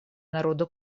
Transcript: народа